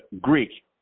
Greek